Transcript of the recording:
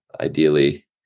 ideally